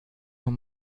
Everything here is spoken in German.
noch